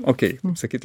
okei sakyt